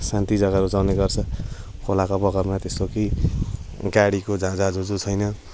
शान्ति जग्गा रुचाउने गर्छ खोलाको बगरमा त्यस्तो केही गाडीको झाँझाँ झुँझु छैन